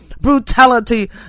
brutality